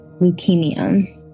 leukemia